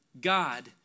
God